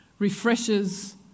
refreshes